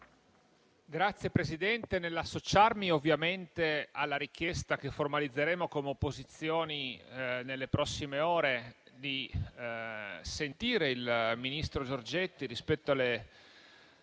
Signora Presidente, nell'associarmi ovviamente alla richiesta che formalizzeremo come opposizioni nelle prossime ore di sentire il ministro Giorgetti rispetto alle